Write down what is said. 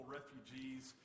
refugees